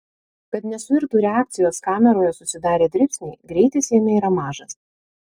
kad nesuirtų reakcijos kameroje susidarę dribsniai greitis jame yra mažas